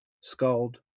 Skald